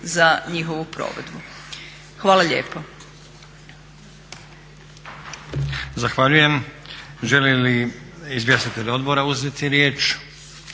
za njihovu provedbu. Hvala lijepo.